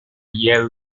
yale